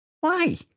Why